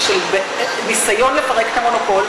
ניסיון לפרק את המונופול,